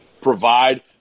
provide